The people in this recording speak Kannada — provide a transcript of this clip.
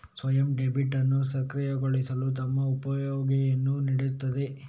ಸ್ವಯಂ ಡೆಬಿಟ್ ಅನ್ನು ಸಕ್ರಿಯಗೊಳಿಸಲು ತಮ್ಮ ಒಪ್ಪಿಗೆಯನ್ನು ನೀಡುತ್ತದೆ